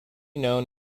known